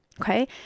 okay